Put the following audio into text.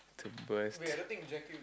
to burst